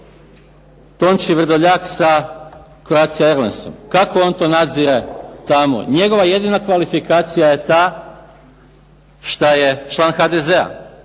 Tonči Vrdoljak sa Croatia airlinesom, kako on to nadzire tamo, njegova jedina kvalifikacija je ta što je član HDZ-a.